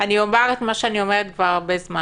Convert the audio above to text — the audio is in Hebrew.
אני אומר את מה שאני אומרת כבר הרבה זמן: